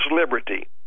liberty